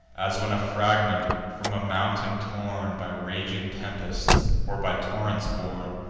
as when a fragment, from a mountain torn by raging tempests, or by torrents borne,